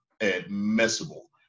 admissible